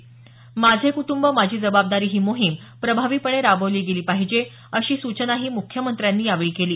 माझे कुटुंब माझी जबाबदारी ही मोहीम प्रभावीपणे राबवली गेली पाहिजे अशी सूचनाही मुख्यमंत्र्यांनी यावेळी केली